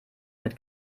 mit